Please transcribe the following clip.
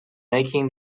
making